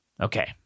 Okay